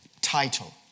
title